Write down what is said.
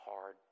hard